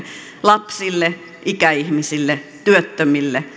lapsille ikäihmisille työttömille